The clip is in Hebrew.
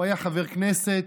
הוא היה חבר כנסת,